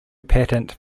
patent